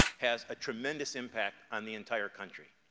has a tremendous impact on the entire country?